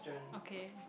okay